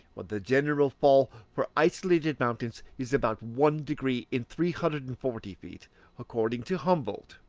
while the general fall for isolated mountains is about one degree in three hundred and forty feet according to humboldt,